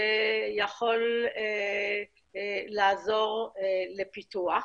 שיכול לעזור לפיתוח,